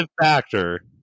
factor